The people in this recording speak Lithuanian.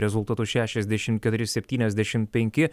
rezultatu šešiasdešimt keturi septyniasdešimt penki